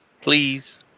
Please